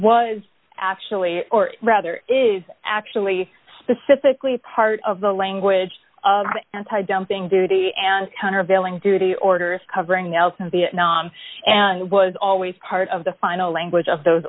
was actually or rather is actually specifically part of the language of anti dumping duty and countervailing duty orders covering nelson vietnam and was always part of the final language of those